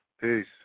Peace